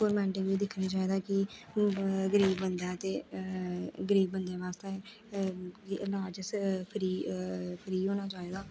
government गी बी दिक्खना चाहिदा कि गरीब बंदा ऐ ते गरीब बंदे बास्तै ईलाज फ्री फ्री होना चाहिदा